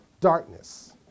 darkness